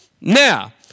Now